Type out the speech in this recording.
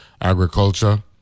agriculture